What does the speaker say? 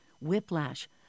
whiplash